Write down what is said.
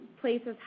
places